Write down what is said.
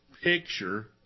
picture